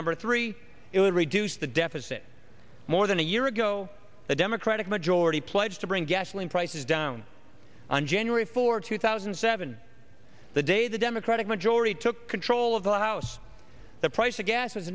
number three it would reduce the deficit more than a year ago the democratic majority pledged to bring gasoline prices down on january fourth two thousand and seven the day the democratic majority took control of the house the price of gas